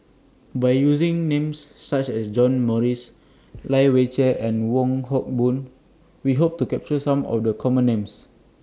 By using Names such as John Morrice Lai Weijie and Wong Hock Boon We Hope to capture Some of The Common Names